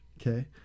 okay